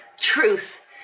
Truth